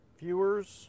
viewers